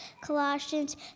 Colossians